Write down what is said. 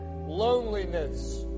loneliness